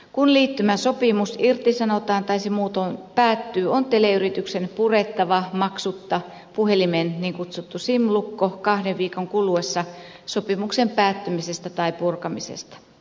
kun liittymäsopimus irtisanotaan tai se muutoin päättyy on teleyrityksen purettava maksutta puhelimen niin kutsuttu sim lukko kahden viikon kuluessa sopimuksen päättymisestä tai purkamisesta